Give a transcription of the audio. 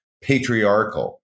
patriarchal